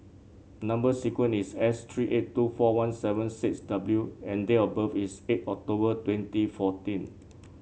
number sequence is S three eight two four one seven six W and date of birth is eight October twenty fourteen